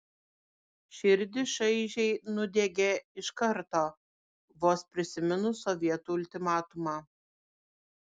širdį šaižiai nudiegė iš karto vos prisiminus sovietų ultimatumą